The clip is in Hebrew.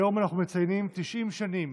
היום אנחנו מציינים 90 שנים